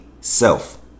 self